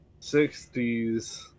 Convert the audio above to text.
60s